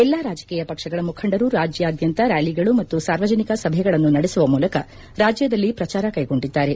ಎಲ್ಲಾ ರಾಜಕೀಯ ಪಕ್ಷಗಳ ಮುಖಂಡರು ರಾಜ್ಯಾದ್ಯಂತ ರ್ಯಾಲಿಗಳು ಮತ್ತು ಸಾರ್ವಜನಿಕ ಸಭೆಗಳನ್ನು ನಡೆಸುವ ಮೂಲಕ ರಾಜ್ಯದಲ್ಲಿ ಪ್ರಚಾರ ಕೈಗೊಂಡಿದ್ದಾರೆ